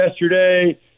yesterday